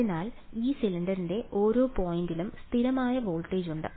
അതിനാൽ ഈ സിലിണ്ടറിലെ ഓരോ പോയിന്റിനും സ്ഥിരമായ വോൾട്ടേജ് ഉണ്ട്